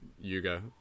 Yuga